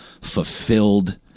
fulfilled